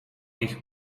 ich